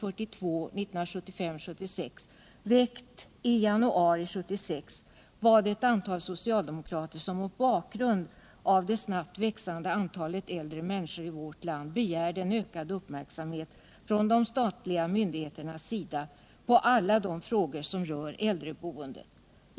I motionen 1975/76:1942, väckt i januari 1976, begärde ett antal socialdemokrater mot bakgrunden av det snabbt växande antalet äldre människor i vårt land ökad uppmärksamhet från de statliga myndigheternas sida på alla de frågor som rör äldreboendet.